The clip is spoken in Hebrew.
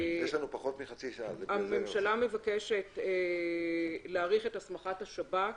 הממשלה מבקשת להאריך את הסמכת השב"כ